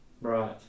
Right